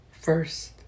first